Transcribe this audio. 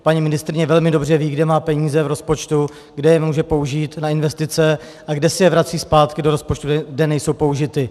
Paní ministryně velmi dobře ví, kde má peníze v rozpočtu, kde je může použít na investice a kde si je vrací zpátky do rozpočtu, kde nejsou použity.